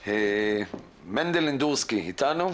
מנדל אינדורסקי בבקשה.